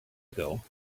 ago